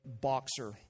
boxer